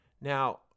Now